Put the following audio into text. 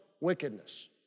wickedness